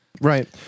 Right